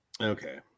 Okay